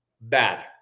Bad